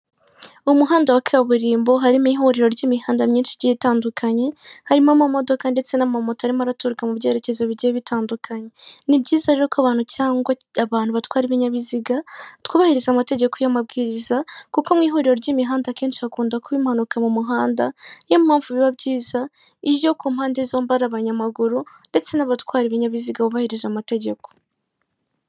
Umuhanda wa kaburimbo, harimo ihuriro ry'imihanda myinshi igiye itandukanye, harimo amamodoka ndetse n'amamoto arimo araturuka mu byerekezo bigiye bitandukanye. Ni byiza rero ko abantu cyangwa abantu batwara ibinyabiziga, twubahiriza amategeko y'amabwiriza kuko mu ihuriro ry'imihanda akenshi hakunda kuba impanuka mu muhanda, ni yo mpamvu biba byiza, iyo ku mpande zombi ari abanyamaguru ndetse n'abatwara ibinyabiziga bubahirije amategeko.